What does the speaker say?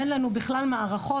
אין לנו בכלל מערכות.